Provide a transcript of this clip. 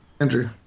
Andrew